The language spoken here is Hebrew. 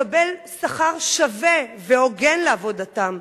לקבל שכר שווה והוגן לעבודתם,